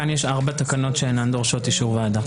כאן יש ארבע תקנות שאינן דורשות אישור ועדה.